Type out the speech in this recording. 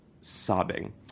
sobbing